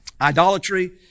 Idolatry